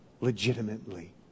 legitimately